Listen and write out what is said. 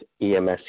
EMS